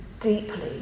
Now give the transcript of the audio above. deeply